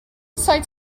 sites